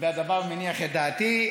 העם איתו, והדבר מניח את דעתי.